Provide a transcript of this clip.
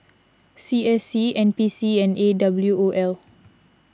C S C N P C and A W O L